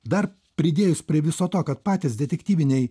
dar pridėjus prie viso to kad patys detektyviniai